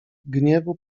gniewu